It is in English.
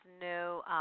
no